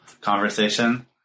conversation